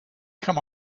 come